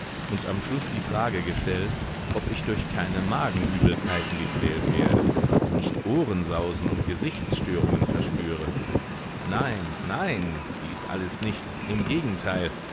und am schluß die frage gestellt ob ich durch keine magenübelkeiten gequält werde nicht ohrensausen und gesichtsstörungen verspüre nein nein dies alles nicht im gegenteil